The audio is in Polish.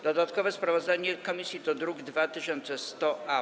Dodatkowe sprawozdanie komisji to druk nr 2100-A.